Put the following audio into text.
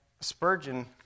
Spurgeon